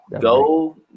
go